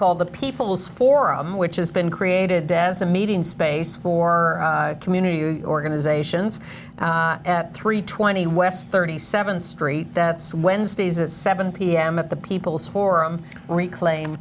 called the people's forum which has been created as a meeting space for community organizations at three twenty west thirty seventh street that's wednesdays at seven pm at the people's forum reclaimed